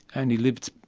and he lived,